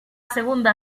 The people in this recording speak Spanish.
segunda